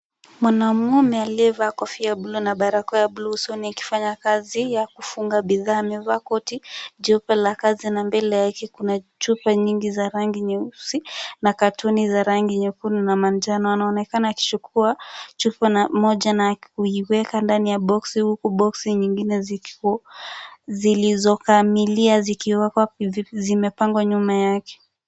Mwanamume aliyevaa kofia ya bluu na barakoa ya bluu usoni akifanya kazi ya kufunga bidhaa. Amevaa koti jeupe la kazi, na mbele yake kuna chupa nyingi za rangi nyeusi na katoni za rangi nyekundu na manjano. Anaonekana akichukuwa chupa moja na kuiweka ndani ya boksi huku boksi nyingine zikiku zilizokamilia zikiwekwa zimepangwa nyuma yake.